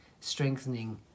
strengthening